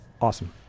Awesome